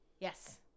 Yes